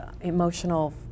emotional